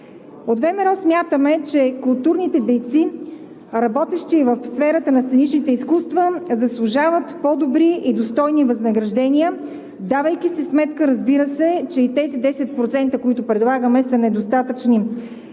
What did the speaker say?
От ВМРО смятаме, че културните дейци, работещи в сферата на сценичните изкуства заслужават по-добри и достойни възнаграждения, давайки си сметка, разбира се, че и тези 10%, които предлагаме, са недостатъчни.